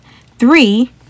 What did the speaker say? Three